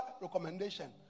recommendation